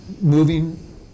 moving